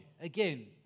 Again